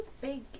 big